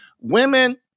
Women